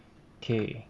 okay